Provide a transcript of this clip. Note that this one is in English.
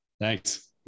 thanks